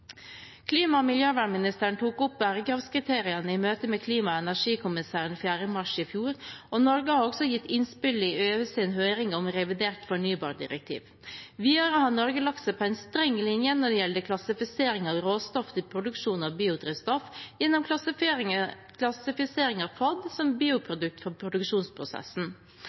Klima- og miljøvernministeren tok opp bærekraftskriteriene i møte med klima- og energikommissæren 4. mars i fjor, og Norge har også gitt innspill i EUs høring om revidert fornybardirektiv. Videre har Norge lagt seg på en streng linje når det gjelder klassifisering av råstoff til produksjon av biodrivstoff, gjennom klassifiseringen av PFAD som biprodukt fra produksjonsprosessen.